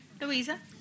Louisa